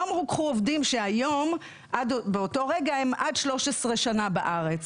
לא אמרו קחו עובדים שבאותו רגע הם עד 13 שנים בארץ.